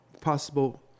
possible